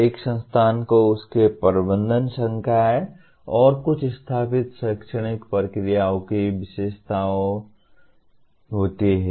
एक संस्थान को उसके प्रबंधन संकाय और कुछ स्थापित शैक्षणिक प्रक्रियाओं की विशेषता होती है